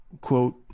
quote